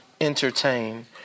entertain